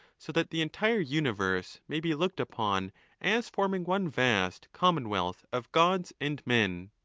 so that the entire universe may be looked upon as forming one vast commonwealth of gods and men.